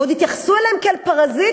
ועוד התייחסו אליהם כאל פרזיטים.